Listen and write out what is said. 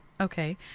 Okay